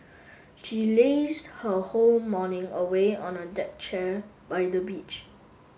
she lazed her whole morning away on a deck chair by the beach